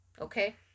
Okay